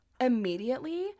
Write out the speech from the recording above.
immediately